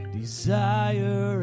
desire